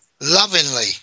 lovingly